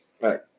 Right